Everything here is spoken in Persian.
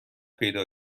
پیدا